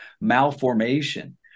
malformation